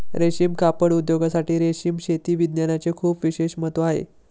रेशीम कापड उद्योगासाठी रेशीम शेती विज्ञानाचे खूप विशेष महत्त्व आहे